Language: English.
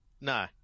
No